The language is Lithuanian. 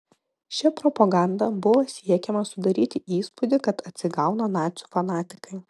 šia propaganda buvo siekiama sudaryti įspūdį kad atsigauna nacių fanatikai